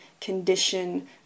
condition